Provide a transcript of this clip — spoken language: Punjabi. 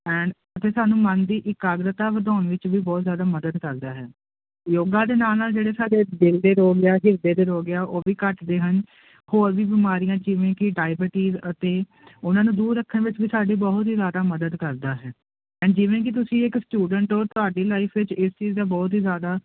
ਐਂਡ ਅਤੇ ਸਾਨੂੰ ਮਨ ਦੀ ਇਕਾਗਰਤਾ ਵਧਾਉਣ ਵਿੱਚ ਵੀ ਬਹੁਤ ਜ਼ਿਆਦਾ ਮਦਦ ਕਰਦਾ ਹੈ ਯੋਗਾ ਦੇ ਨਾਲ ਨਾਲ ਜਿਹੜੇ ਸਾਡੇ ਦਿਲ ਦੇ ਰੋਗ ਆ ਹਿਰਦੇ ਦੇ ਰੋਗ ਆ ਉਹ ਵੀ ਘੱਟਦੇ ਹਨ ਹੋਰ ਵੀ ਬਿਮਾਰੀਆਂ ਜਿਵੇਂ ਕਿ ਡਾਇਬਿਟੀਜ ਅਤੇ ਉਹਨਾਂ ਨੂੰ ਦੂਰ ਰੱਖਣ ਵਿੱਚ ਵੀ ਸਾਡੀ ਬਹੁਤ ਹੀ ਜ਼ਿਆਦਾ ਮਦਦ ਕਰਦਾ ਹੈ ਐਂਡ ਜਿਵੇਂ ਕਿ ਤੁਸੀਂ ਇੱਕ ਸਟੂਡੈਂਟ ਹੋ ਤੁਹਾਡੀ ਲਾਈਫ ਵਿੱਚ ਇਸ ਚੀਜ਼ ਦਾ ਬਹੁਤ ਹੀ ਜ਼ਿਆਦਾ